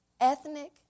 ethnic